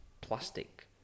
plastic